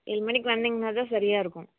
ஏழு மணிக்கு வந்திங்கன்னா தான் சரியாக இருக்கும்